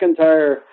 McIntyre